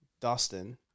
Dustin